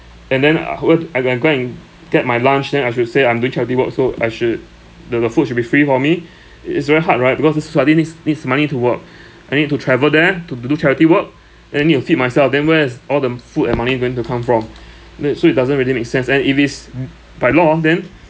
and then afterward I got to go and get my lunch then I should say I'm doing charity work so I should the the food should be free for me it's very hard right because the society needs needs money to work I need to travel there to do do charity work and I need to feed myself then where is all the food and money going to come from then so it doesn't really make sense and if it's by law then